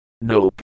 Nope